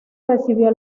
recibió